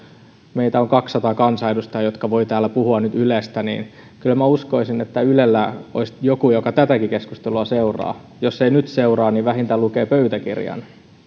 meitä on täällä kaksisataa kansanedustajaa jotka voivat nyt puhua ylestä niin kyllä minä uskoisin että ylellä olisi joku joka tätäkin keskustelua seuraa jos ei nyt seuraa niin vähintään lukee pöytäkirjan